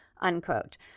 unquote